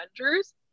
Avengers